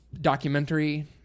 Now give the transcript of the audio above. documentary